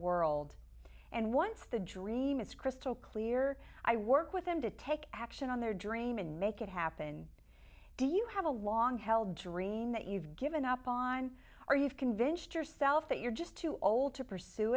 world and once the dream is crystal clear i work with them to take action on their dream and make it happen do you have a long held dream that you've given up on or you've convinced yourself that you're just too old to pursue